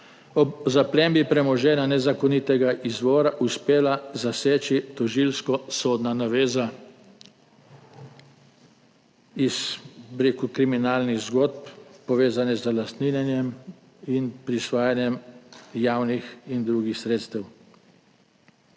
ob zaplembi premoženja nezakonitega izvora uspela zaseči tožilsko-sodna naveza iz, bi rekel, kriminalnih zgodb, povezanih z lastninjenjem in prisvajanjem javnih in drugih sredstev.